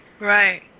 Right